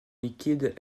liquide